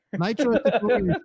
Nitro